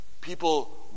people